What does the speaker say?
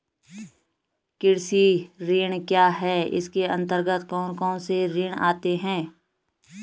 कृषि ऋण क्या है इसके अन्तर्गत कौन कौनसे ऋण आते हैं?